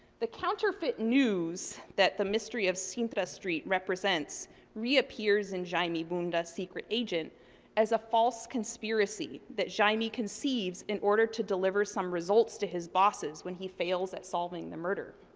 the counterfeit news that the mystery of cinta street represents reappears in jaime bunda, secret agent as a false conspiracy that jaime conceives in order to deliver some results to his bosses when he fails at solving the murder.